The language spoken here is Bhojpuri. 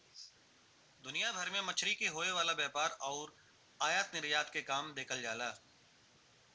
दुनिया भर में मछरी के होये वाला व्यापार आउर आयात निर्यात के काम देखल जाला